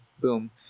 Boom